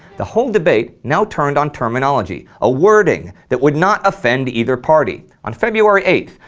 the whole debate now turned on terminology, a wording that would not offend either party. on february eighth,